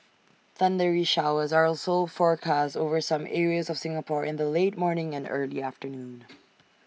thundery showers are also forecast over some areas of Singapore in the late morning and early afternoon